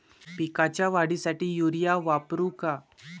पिकाच्या वाढीसाठी युरिया वापरू का?